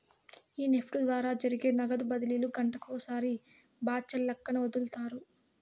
ఈ నెఫ్ట్ ద్వారా జరిగే నగదు బదిలీలు గంటకొకసారి బాచల్లక్కన ఒదులుతారు